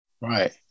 right